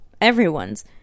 Everyone's